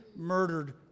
murdered